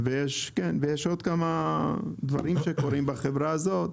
יש כבר הסכם על זה.